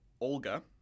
Olga